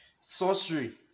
sorcery